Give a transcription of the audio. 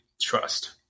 trust